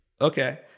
okay